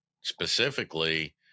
Specifically